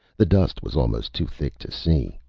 the dust was almost too thick to see,